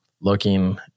looking